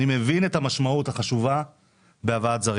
אני מבין את המשמעות החשובה בהבאת זרים.